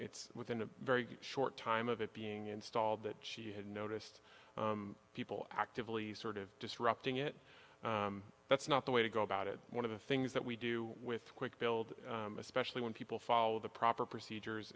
within a very short time of it being installed that she had noticed people actively sort of disrupting it that's not the way to go about it one of the things that we do with quick build especially when people follow the proper procedures